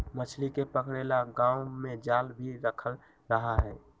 मछली के पकड़े ला गांव में जाल भी रखल रहा हई